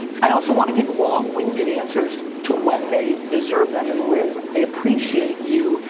i also want to give long-winded answers to when they deserve them, and liz, i appreciate you,